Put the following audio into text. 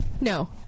No